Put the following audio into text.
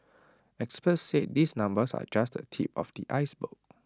experts said these numbers are just the tip of the iceberg